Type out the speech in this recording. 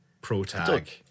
protag